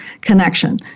connection